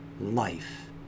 life